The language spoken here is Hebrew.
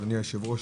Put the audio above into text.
אדוני היושב ראש,